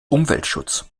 umweltschutz